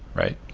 right?